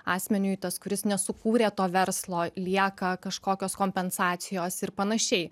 asmeniui tas kuris nesukūrė to verslo lieka kažkokios kompensacijos ir panašiai